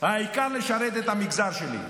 העיקר לשרת את המגזר שלי.